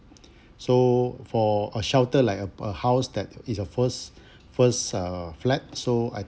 so for a shelter like a a house that is your first first uh flat so I